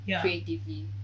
creatively